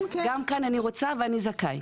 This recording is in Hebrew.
גם כאן אני רוצה ואני זכאי?